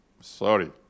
sorry